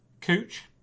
Cooch